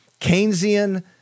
Keynesian